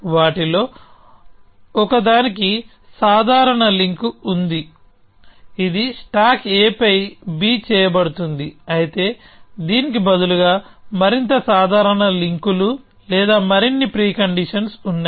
వాటిలో ఒక దానికి సాధారణ లింక్ ఉంది ఇది స్టాక్ a పై b చేయబడుతుంది అయితే దీనికి బదులుగా మరింత సాధారణ లింకులు లేదా మరిన్ని ప్రీ కండీషన్స్ ఉన్నాయి